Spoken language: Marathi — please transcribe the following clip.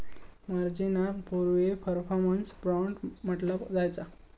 मार्जिनाक पूर्वी परफॉर्मन्स बाँड म्हटला जायचा